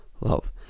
love